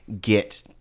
get